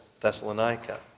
Thessalonica